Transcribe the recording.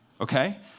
okay